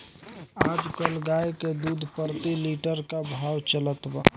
आज कल गाय के दूध प्रति लीटर का भाव चलत बा?